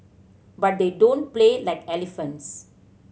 but they don't play like elephants